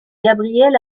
gabriel